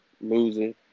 losing